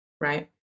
right